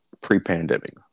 pre-pandemic